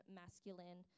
masculine